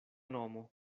nomo